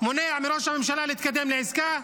מונע מראש הממשלה להתקדם לעסקה,